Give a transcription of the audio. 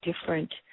different